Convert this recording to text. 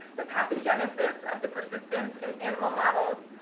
the pathogenesis of the persistence in animal models,